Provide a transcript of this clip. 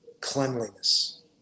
cleanliness